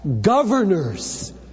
governors